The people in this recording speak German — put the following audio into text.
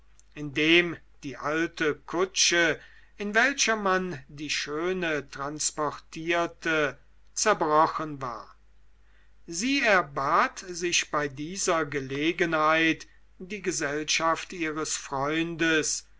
indem die alte kutsche in welcher man die schöne transportierte zerbrochen war sie erbat sich bei dieser gelegenheit die gesellschaft ihres freundes